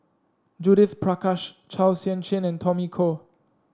Judith Prakash Chua Sian Chin and Tommy Koh